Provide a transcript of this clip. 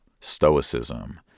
stoicism